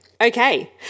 Okay